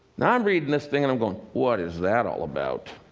now, i'm reading this thing, and i'm going, what is that all about?